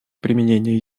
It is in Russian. применения